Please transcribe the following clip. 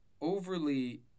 overly